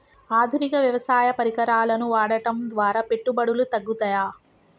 ఆధునిక వ్యవసాయ పరికరాలను వాడటం ద్వారా పెట్టుబడులు తగ్గుతయ?